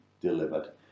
delivered